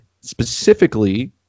specifically